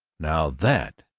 now that,